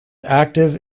active